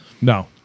No